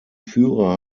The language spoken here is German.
führer